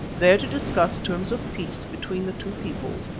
there to discuss terms of peace between the two peoples,